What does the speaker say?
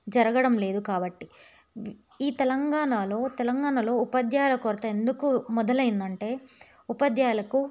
జరగడం లేదు కాబట్టి ఈ తెలంగాణాలో తెలంగాణలో ఉపాధ్యాయుల కొరత ఎందుకు మొదలైంది అంటే ఉపాధ్యాయులకు